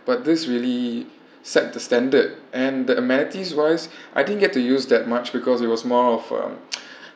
but this really set the standard and the amenities wise I didn't get to use that much because it was more of um